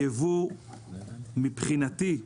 ייבוא, מבחינתי,